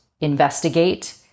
investigate